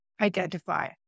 identify